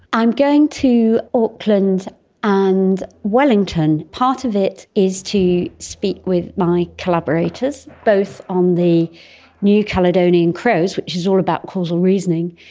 i'm going to auckland and wellington. part of it is to speak with my collaborators, both on the new caledonian crows, which is all about causal reasoning,